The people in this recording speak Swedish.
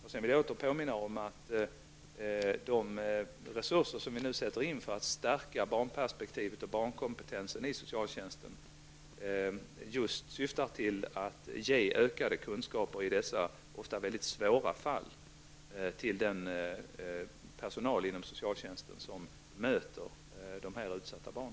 Sedan vill jag påminna om att de resurser som vi sätter in för att stärka barnperspektivet och barnkompetensen i socialtjänsten syftar till att öka kunskapen i dessa svåra fall hos den personal inom socialtjänsten som möter dessa utsatta barn.